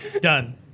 Done